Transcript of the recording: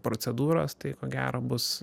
procedūros tai ko gero bus